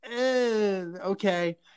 Okay